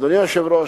אדוני היושב-ראש,